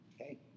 okay